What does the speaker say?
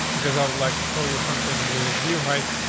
because i would like to show you something with view height,